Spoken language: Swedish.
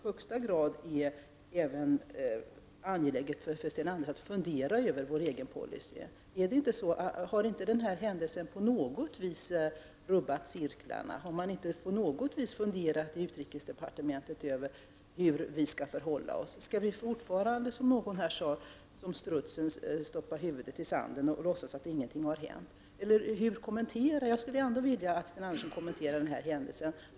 Har inte denna händelse på något vis rubbat cirklarna? Har man inte i utrikesdepartementet funderat över hur vi skall förhålla oss? Skall vi fortfarande som strutsen stoppa huvudet i sanden och låtsas som om ingenting har hänt? Jag vill ändå att Sten Andersson kommenterar denna händelse.